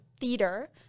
theater